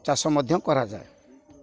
ଚାଷ ମଧ୍ୟ କରାଯାଏ